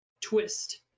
twist